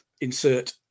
insert